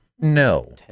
No